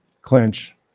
clinch